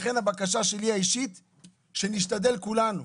לכן, הבקשה האישית שלי היא שנשתדל כולנו.